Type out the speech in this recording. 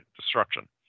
destruction